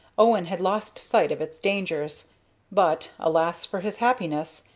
owen had lost sight of its dangers but, alas for his happiness!